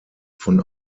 von